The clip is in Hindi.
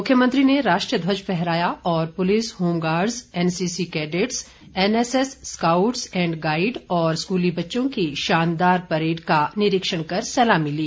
मुख्यमंत्री ने राष्ट्रीय ध्वज फहराया और police home guards NCC cadets NSS scouts and guide और स्कूली बच्चों की शानदार परेड का निरीक्षण कर सलामी ली